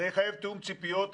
זה יחייב תיאום ציפיות.